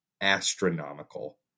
astronomical